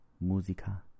Musica